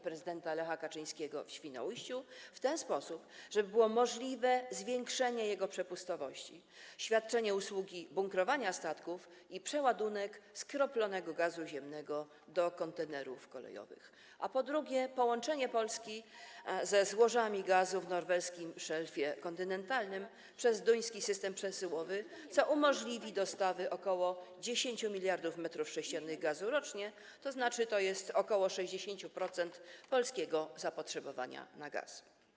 Prezydenta Lecha Kaczyńskiego w Świnoujściu w ten sposób, żeby było możliwe zwiększenie jego przepustowości, świadczenie usługi bunkrowania statków i przeładunek skroplonego gazu ziemnego do kontenerów kolejowych, a po drugie, połączenie Polski ze złożami gazu w norweskim szelfie kontynentalnym przez duński system przesyłowy, co umożliwi dostawę ok. 10 mld m3 gazu rocznie, tj. ok. 60% polskiego zapotrzebowania na gaz.